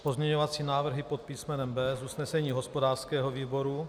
Dále pozměňovací návrhy pod písmenem B z usnesení hospodářského výboru.